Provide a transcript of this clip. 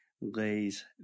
lays